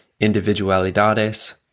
Individualidades